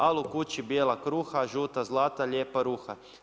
Al' u kući bijela kruha, žuta zlata, lijepa ruha.